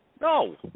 No